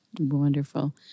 Wonderful